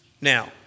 Now